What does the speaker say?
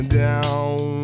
down